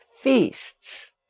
feasts